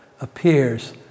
appears